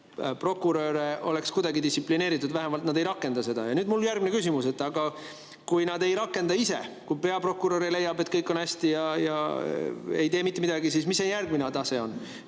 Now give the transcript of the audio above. prokuröre saaks kuidagi distsiplineerida. Vähemalt nad ei rakenda seda. Ja nüüd on mul järgmine küsimus. Kui nad ei rakenda ise, kui peaprokurör leiab, et kõik on hästi, ja ei tee mitte midagi, siis mis see järgmine tase on?